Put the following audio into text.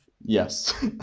Yes